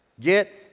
get